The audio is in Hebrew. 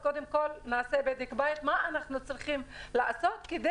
אז קודם כל נעשה בדק בית מה אנחנו צריכים לעשות כדי